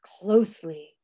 closely